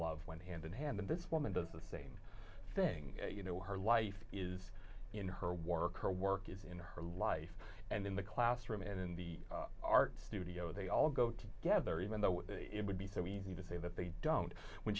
love when hand in hand and this woman does the same thing you know her life is in her work her work is in her life and in the classroom and in the art studio they all go together even though it would be so easy to say that they don't when